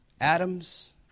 Atoms